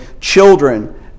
children